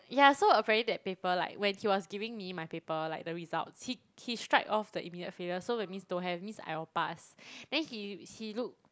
ya so apparently that paper like when he was giving me my paper like the result he he strike off the immediate failure so means don't have means I will pass then he he look